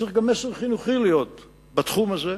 צריך גם מסר חינוכי להיות בתחום הזה.